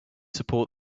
support